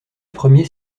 premier